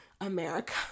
America